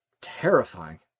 terrifying